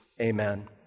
amen